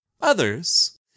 others